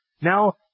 Now